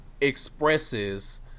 expresses